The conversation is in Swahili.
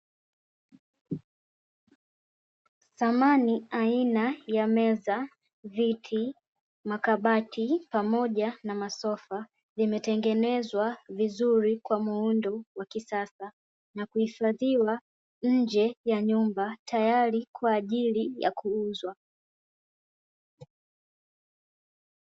Samani aina ya meza, viti, makabati pamoja na masofa vimetengenezwa vizuri kwa muundo wa kisasa na kuhifadhiwa nje ya nyumba tayari kwa ajili ya kuuzwa.